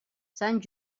sant